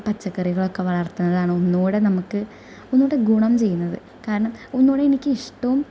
പച്ചക്കറികളൊക്കെ വളർത്തുന്നതാണ് ഒന്നുകൂടെ നമുക്ക് ഒന്നുകൂടെ ഗുണം ചെയ്യുന്നത് കാരണം ഒന്നുകൂടെ എനിക്ക് ഇഷ്ടവും